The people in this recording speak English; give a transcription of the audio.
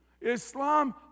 Islam